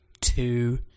Two